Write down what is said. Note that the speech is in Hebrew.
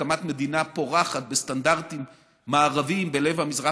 ולהקמת מדינה פורחת בסטנדרטים מערביים בלב המזרח